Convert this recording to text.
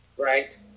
right